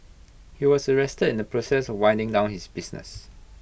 he was arrested in the process of winding down his business